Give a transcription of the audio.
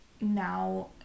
now